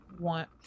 want